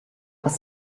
was